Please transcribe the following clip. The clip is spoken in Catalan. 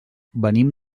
venim